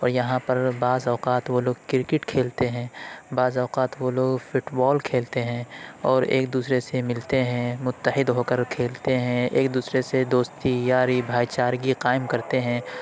اور یہاں پر بعض اوقات وہ لوگ کرکٹ کھیلتے ہیں بعض اوقات وہ لوگ فٹ بال کھیلتے ہیں اور ایک دوسرے سے ملتے ہیں متحد ہوکر کھیلتے ہیں ایک دوسرے سے دوستی یاری بھائی چارگی قائم کرتے ہیں